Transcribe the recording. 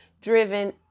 driven